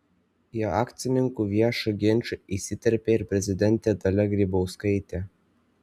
į akcininkų viešą ginčą įsiterpė ir prezidentė dalia grybauskaitė